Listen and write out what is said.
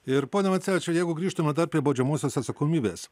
ir pone vansevičiau jeigu grįžtume dar prie baudžiamosios atsakomybės